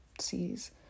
sees